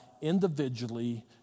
individually